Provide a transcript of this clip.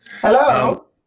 Hello